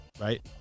Right